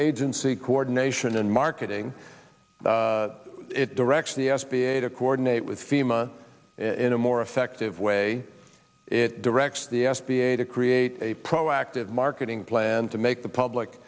agency coordination and marketing it directs the s b a to coordinate with fema in a more effective way it directs the s b a to create a proactive marketing plan to make the public